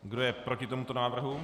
Kdo je proti tomuto návrhu?